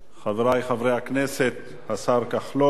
חברי חברי הכנסת, השר כחלון,